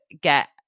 get